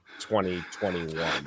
2021